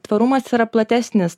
tvarumas yra platesnis